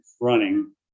running